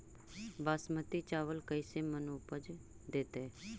बासमती चावल कैसे मन उपज देतै?